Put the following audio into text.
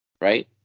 right